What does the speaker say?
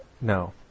No